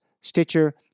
Stitcher